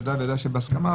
ודאי שבהסכמה.